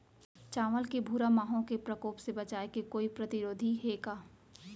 चांवल के भूरा माहो के प्रकोप से बचाये के कोई प्रतिरोधी हे का?